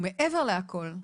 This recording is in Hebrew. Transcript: ומעבר לכל,